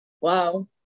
wow